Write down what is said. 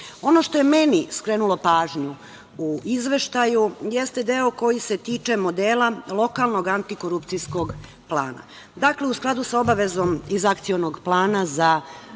što je meni skrenulo pažnju u izveštaju jeste deo koji se tiče modela lokalnog antikorupcijskog plana. Dakle, u skladu sa obavezom iz akcionog plana za